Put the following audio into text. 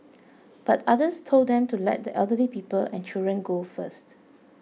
but others told them to let the elderly people and children go first